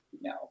No